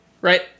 right